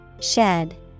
Shed